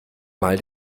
mal